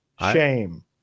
shame